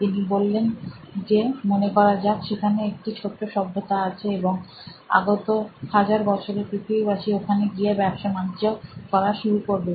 তিনি বললেন যে মনে করা যাক সেখানে একটি ছোট্ট সভ্যতা আছে এবং আগত হাজার বছরে পৃথিবীবাসী ওখানে গিয়ে ব্যবসা বাণিজ্য করা শুরু করবে